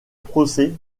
procès